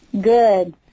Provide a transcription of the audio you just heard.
Good